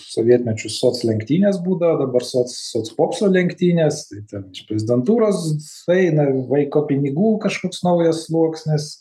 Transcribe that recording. sovietmečiu soc lenktynės būdavo dabar soc soc popso lenktynės tai ten iš prezidentūros sueina vaiko pinigų kažkoks naujas sluoksnis